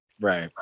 Right